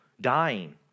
dying